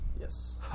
Yes